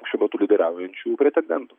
šiuo metu lyderiaujančių pretendentų